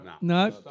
No